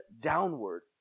downward